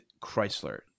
Chrysler